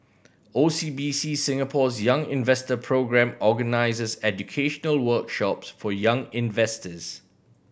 O C B C Singapore's Young Investor Programme organizes educational workshops for young investors